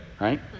right